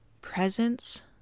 Presence